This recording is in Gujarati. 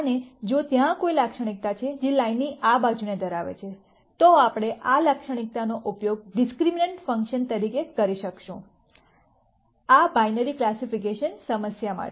અને જો ત્યાં કોઈ લાક્ષણિકતા છે જે લાઈનની આ બાજુને ધરાવે છે તો આપણે આ લાક્ષણિકતાનો ઉપયોગ ડિસ્ક્રિમનન્ટ ફંકશન તરીકે કરી શકીશું આ બાઈનરી ક્લાસીફીકેશન સમસ્યા માટે